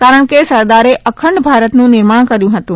કારણે કે સરદારે અંખડ ભારતનું નિર્મામ કર્યુ હતુ